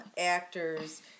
actors